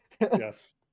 Yes